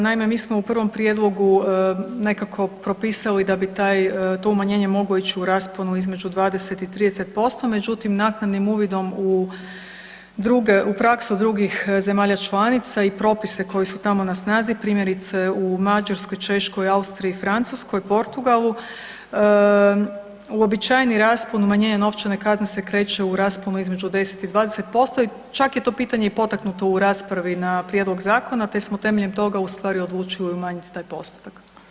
Naime, mi smo u prvom prijedlogu nekako propisali da bi taj to umanjenje moglo ići u rasponu između 20 i 30% međutim naknadnim uvidom u praksu drugih zemalja članica i propise koji su tamo na snazi primjerice u Mađarskoj, Češkoj, Austriji i Francuskoj, Portugalu, uobičajeni raspon umanjenja novčane kazne se kreće u rasponu između 10 i 20% i čak je to pitanje i potaknuto u raspravi na prijedlog zakona te smo temeljem toga u stvari odlučili umanjiti taj postotak.